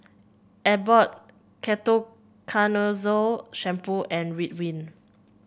Abbott Ketoconazole Shampoo and Ridwind